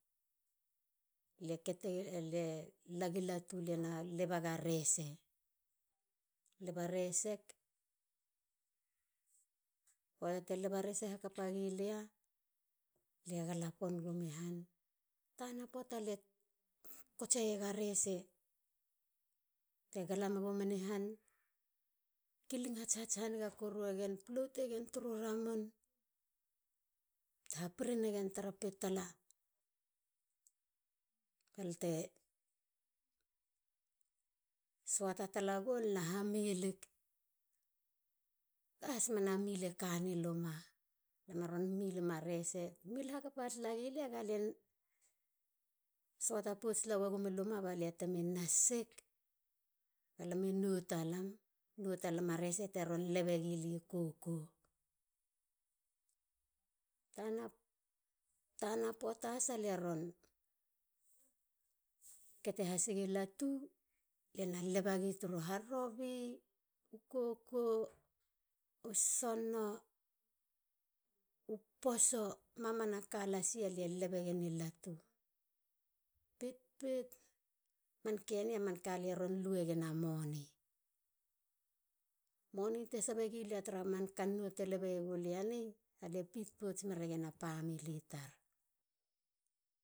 Lie la gi latu lie na leba ga rese. leba resek. poata te leba rese hakapa gi lia. lia gala pon gumi han. tana poata lie kotsega rese tegalamegumen ihan. kiling hats hats koru egen plotegen turu ramun. ha piri nagen tara pitala balte suata tala go. lia na ha mill egen. Mill hakapa nagen batemi nas pots talega rese luma. lame noh. talam a rese teron leba milam i koko. tana poata has lie ron kete gi latu bate leba gi turu. harobi. koko. u sono u poso. mamana ka lasi alie lebegen i latu pit. pit. man ka ni lie ron luragen a moni. Moni te sebe yega lia tara man ka ni. lie feed pots egen a family tar.